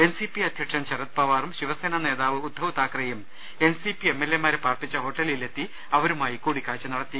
N C P അധ്യക്ഷൻ ശരത് പവാറും ശിവസേനാ നേതാവ് ഉദ്ധവ് താക്കറെയും N C P M L എമാരെ പാർപ്പിച്ച ഹോട്ടലിൽ എത്തി അവരുമായി കൂടിക്കാഴ്ച നടത്തി